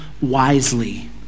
wisely